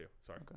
Sorry